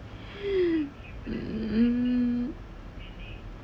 mm